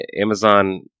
Amazon